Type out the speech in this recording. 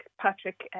Patrick